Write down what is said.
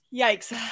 yikes